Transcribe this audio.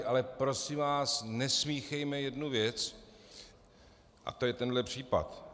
Ale prosím vás, nesmíchejme jednu věc, a to je tenhle případ.